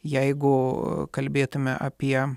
jeigu kalbėtume apie